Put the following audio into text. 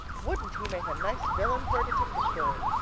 wouldn't he make a nice villain for a detective story?